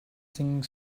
singing